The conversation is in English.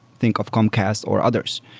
think of comcast or others.